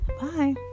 bye